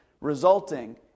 resulting